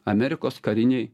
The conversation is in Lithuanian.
amerikos karinėj